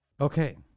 Okay